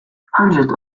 hundreds